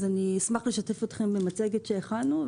אני אשמח לשתף אתכם במצגת שהכנו.